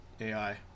AI